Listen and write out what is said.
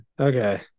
Okay